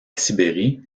sibérie